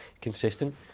consistent